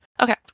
Okay